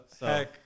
heck